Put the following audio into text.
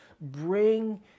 Bring